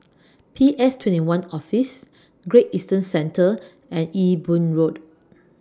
P S twenty one Office Great Eastern Centre and Ewe Boon Road